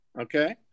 okay